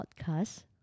podcast